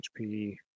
HP